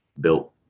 built